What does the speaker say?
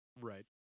Right